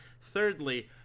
Thirdly